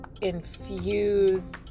infuse